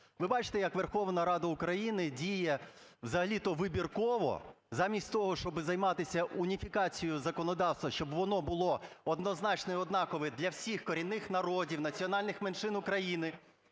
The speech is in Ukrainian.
Ви бачите, як Верховна Рада України діє, взагалі-то вибірково: замість того, щоб займатися уніфікацією законодавства, щоб воно було однозначне і однакове для всіх корінних народів, національних меншин України,